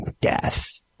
death